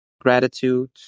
gratitude